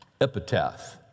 Epitaph